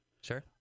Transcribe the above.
Sure